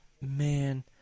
Man